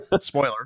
Spoiler